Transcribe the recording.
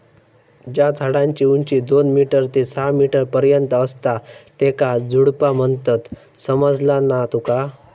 ज्या झाडांची उंची दोन मीटर ते सहा मीटर पर्यंत असता त्येंका झुडपा म्हणतत, समझला ना तुका?